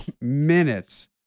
minutes